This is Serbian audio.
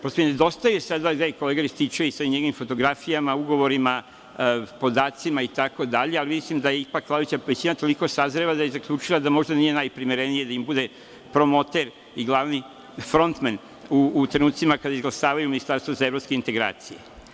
Prosto mi nedostaje sada kolega Rističević sa onim njegovim fotografijama, ugovorima, podacima, itd, ali mislim da je ipak vladajuća većina toliko sazrela da je zaključila da možda nije najprimerenije da im bude promoter i glavni frontmen u trenucima kada izglasavaju ministarstvo za evropske integracije.